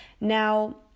Now